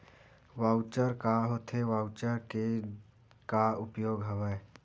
Voucher का होथे voucher के का उपयोग हवय?